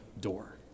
door